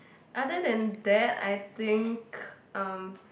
other than that I think um